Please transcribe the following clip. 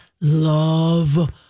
love